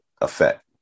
effect